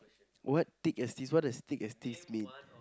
what thick as this what does thick as this mean